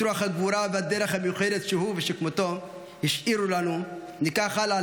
את רוח הגבורה והדרך המיוחדת שהוא ושכמותו השאירו לנו ניקח הלאה,